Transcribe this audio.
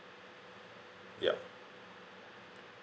yup